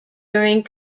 during